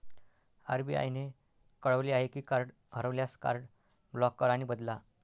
RBI ने कळवले आहे की कार्ड हरवल्यास, कार्ड ब्लॉक करा आणि बदला